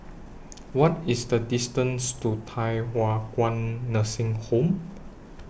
What IS The distance to Thye Hua Kwan Nursing Home